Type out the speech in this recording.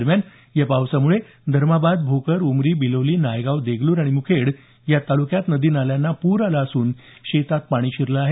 दरम्यान या पावसामुळे धर्माबाद भोकर उमरी बिलोली नायगाव देगलूर आणि मुखेड या तालुक्यात नदी नाल्यांना पूर आला असून शेतात पाणी शिरलं आहे